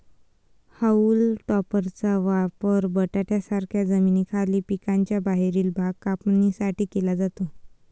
haulm टॉपरचा वापर बटाट्यांसारख्या जमिनीखालील पिकांचा बाहेरील भाग कापण्यासाठी केला जातो